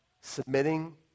submitting